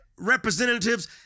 representatives